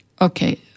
Okay